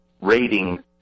rating